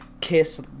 Kiss